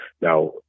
Now